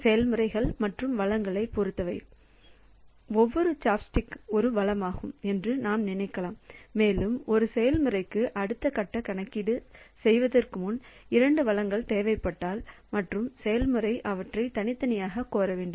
செயல்முறைகள் மற்றும் வளங்களைப் பொறுத்தவரை ஒவ்வொரு சாப்ஸ்டிக் ஒரு வளமாகும் என்று நாம் நினைக்கலாம் மேலும் ஒரு செயல்முறைக்கு அடுத்த கட்ட கணக்கீடு செய்வதற்கு 2 வளங்கள் தேவைப்பட்டால் மற்றும் செயல்முறை அவற்றைத் தனித்தனியாகக் கோர வேண்டும்